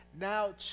now